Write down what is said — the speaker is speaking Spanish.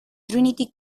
trinity